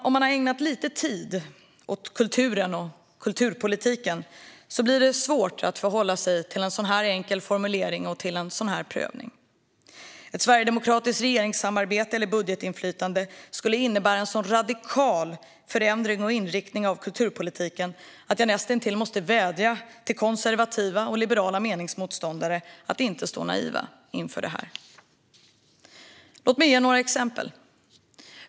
Om man har ägnat lite tid åt kulturen och kulturpolitiken blir det svårt att förhålla sig till en sådan enkel formulering och en sådan prövning. Ett sverigedemokratiskt regeringssamarbete eller budgetinflytande skulle innebära en så radikal förändring och inriktning av kulturpolitiken att jag näst intill måste vädja till konservativa och liberala meningsmotståndare att inte stå naiva inför det här. Låt mig ge några exempel.